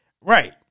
right